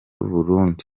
burundu